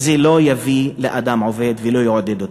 זה לא יביא לאדם עובד ולא יעודד אותו.